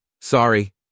Sorry